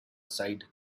side